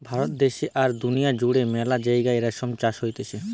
ভারত দ্যাশে আর দুনিয়া জুড়ে মেলা জাগায় রেশম চাষ হতিছে